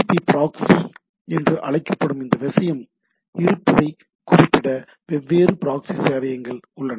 B proxy என்று அழைக்கப்படும் இந்த விஷயம் இருப்பதைக் குறிப்பிட வெவ்வேறு ப்ராக்ஸி சேவையகங்கள் உள்ளன